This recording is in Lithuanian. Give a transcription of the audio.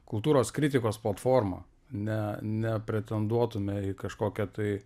kultūros kritikos platforma ne nepretenduotume į kažkokią tai